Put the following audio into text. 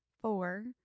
four